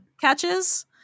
Catches